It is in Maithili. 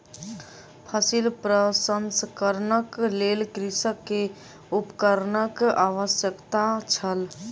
फसिल प्रसंस्करणक लेल कृषक के उपकरणक आवश्यकता छल